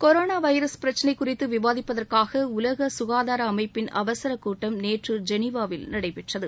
corona virus பிரக்சினை குறித்து விவாதிப்பதற்காக உலக சுகாதார அமைப்பின் அவசரக் கூட்டம் நேற்று ஜெனீவாவில் நடைபெற்றது